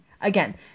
Again